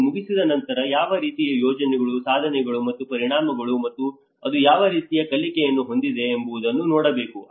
ಅದನ್ನು ಮುಗಿಸಿದ ನಂತರ ಯಾವ ರೀತಿಯ ಯೋಜನೆಗಳು ಸಾಧನೆಗಳು ಮತ್ತು ಪರಿಣಾಮಗಳು ಮತ್ತು ಅದು ಯಾವ ರೀತಿಯ ಕಲಿಕೆಯನ್ನು ಹೊಂದಿದೆ ಎಂಬುದನ್ನು ನೋಡಬೇಕು